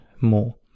more